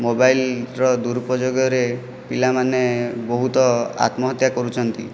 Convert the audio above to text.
ମୋବାଇଲର ଦୁରୁପଯୋଗରେ ପିଲାମାନେ ବହୁତ ଆତ୍ମହତ୍ୟା କରୁଛନ୍ତି